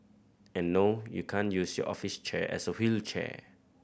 and no you can't use your office chair as a wheelchair